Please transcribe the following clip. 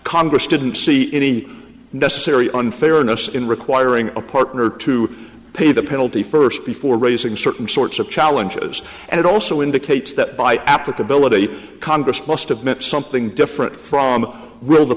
congress didn't see any necessary unfairness in requiring a partner to pay the penalty first before raising certain sorts of challenges and it also indicates that by applicability congress must have meant something different from